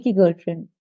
girlfriend